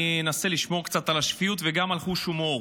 אני אנסה לשמור קצת על השפיות וגם על חוש ההומור.